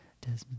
Desmond